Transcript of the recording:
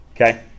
okay